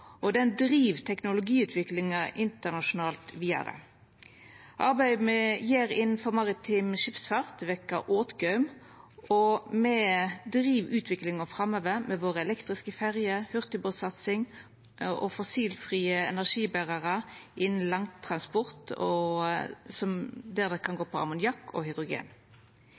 Den driv teknologiutviklinga internasjonalt vidare. Arbeidet me gjer innanfor maritim skipsfart, vekkjer åtgaum, og me driv utviklinga framover med dei elektriske ferjene våre, hurtigbåtsatsing på fossilfrie energiberarar og innanfor langtransport, som kan gå på ammoniakk og